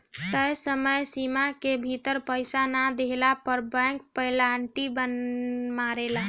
तय समय सीमा के भीतर पईसा ना देहला पअ बैंक पेनाल्टी मारेले